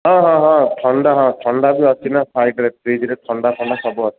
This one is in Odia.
ହଁ ହଁ ହଁ ଥଣ୍ଡା ହଁ ଥଣ୍ଡା ବି ଅଛି ନା ସାଇଡ଼୍ରେ ଫ୍ରିଜ୍ରେ ଥଣ୍ଡାଫଣ୍ଡା ସବୁ ଅଛି